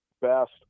best